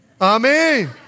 Amen